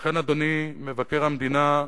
לכן, אדוני מבקר המדינה,